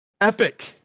Epic